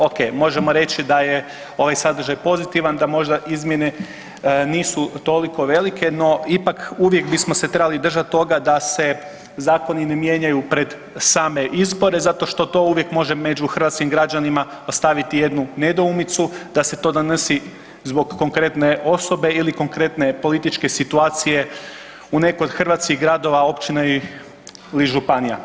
Ok, možemo reći da je ovaj sadržaj pozitivan, da možda izmjene nisu toliko velike no ipak uvijek bismo se trebali držati toga da se zakoni ne mijenjaju pred same izbore zato što to uvijek među hrvatskim građanima ostaviti jednu nedoumicu da se to donosi zbog konkretne osobe ili konkretne političke situacije u nekoj od hrvatskih gradova, općina ili županija.